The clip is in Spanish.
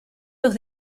los